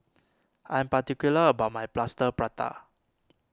I am particular about my Plaster Prata